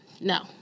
No